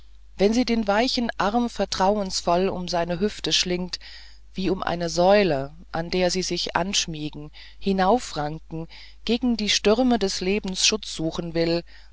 wenn sie den weichen arm vertrauungsvoll um seine hüfte schlingt wie um eine säule an der sie sich anschmiegen hinaufranken gegen die stürme des lebens schutz suchen will